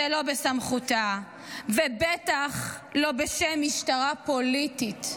זה לא בסמכותה ובטח לא בשם משטרה פוליטית.